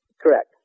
Correct